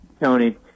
Tony